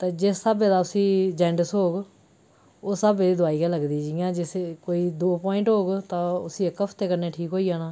ते जिस स्हाबै दा उसी जान्डिस होग तां उस स्हाबै दी दोआई गै लगदी जि'यां जिसी कोई दो पवाइंट होग तां उसी इक हफ्ते कन्नै ठीक होई जाना